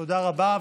תודה רבה.